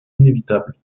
inévitable